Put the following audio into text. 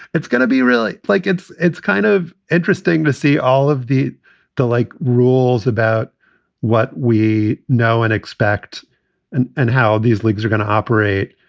it's gonna be really like it's it's kind of interesting to see all of the the like rules about what we know and expect and and how these leaks are going to operate.